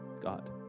God